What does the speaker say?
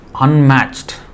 unmatched